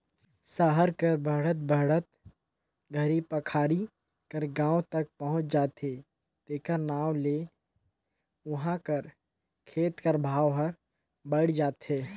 सहर हर बढ़त बढ़त घरी पखारी कर गाँव तक पहुंच जाथे तेकर नांव ले उहों कर खेत कर भाव हर बइढ़ जाथे